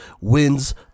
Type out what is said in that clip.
wins